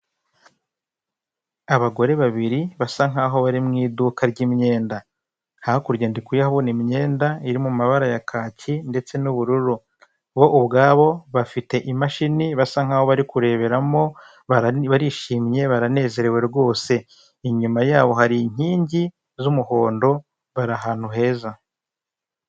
Icyapa kiriho amafoto atatu magufi y'abagabo babiri uwitwa KABUGA n 'uwitwa BIZIMANA bashakishwa kubera icyaha cya jenoside yakorewe abatutsi mu Rwanda.